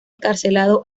encarcelado